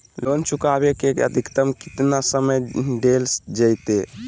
Loan चुकाबे के अधिकतम केतना समय डेल जयते?